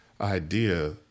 idea